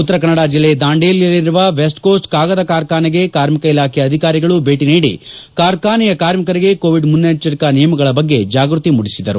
ಉತ್ತರ ಕನ್ನಡ ಜಿಲ್ಲೆ ದಾಂಡೇಲಿಯಲ್ಲಿರುವ ವೆಸ್ಟ್ ಕೊಸ್ಟ್ ಕಾಗದ ಕಾರ್ಖಾನೆಗೆ ಕಾರ್ಮಿಕ ಇಲಾಖೆ ಅಧಿಕಾರಿಗಳು ಭೇಟಿ ನೀಡಿ ಕಾರ್ಖಾನೆಯ ಕಾರ್ಮಿಕರಿಗೆ ಕೋವಿಡ್ ಮುನ್ನೆಚ್ಚರಿಕಾ ನಿಯಮಗಳ ಬಗ್ಗೆ ಜಾಗೃತಿಯನ್ನು ಮೂಡಿಸಿದರು